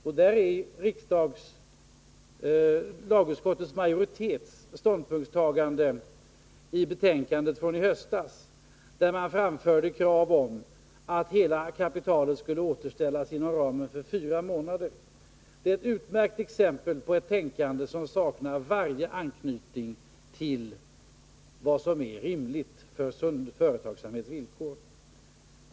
Majoriteten i lagutskottet framförde i betänkandet från i höstas krav på att hela kapitalet skulle återställas inom fyra månader. Det är ett utmärkt exempel på ett tänkande som saknar varje anknytning till vad som är rimliga villkor för sund företagsamhet.